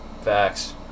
Facts